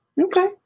Okay